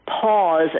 pause